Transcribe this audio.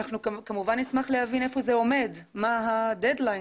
אנחנו כמובן נשמח להבין היכן זה עומד ומה הדד ליין,